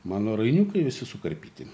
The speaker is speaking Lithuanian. mano rainiukai visi sukarpyti